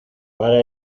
para